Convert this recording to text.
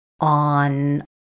on